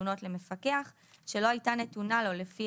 הנתונות למפקח שלא הייתה נתונה לו לפי